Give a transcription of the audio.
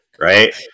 Right